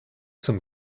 zum